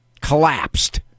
collapsed